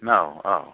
औ औ